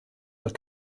were